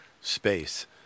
space